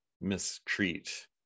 mistreat